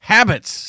Habits